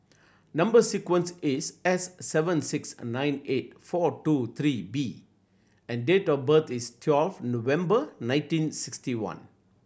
number sequence is S seven six nine eight four two three B and date of birth is twelve November nineteen sixty one